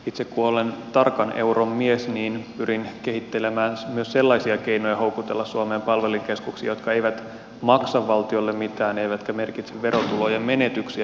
itse kun olen tarkan euron mies niin pyrin kehittelemään myös sellaisia keinoja houkutella suomeen palvelukeskuksia jotka eivät maksa valtiolle mitään eivätkä merkitse verotulojen menetyksiä